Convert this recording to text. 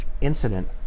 incident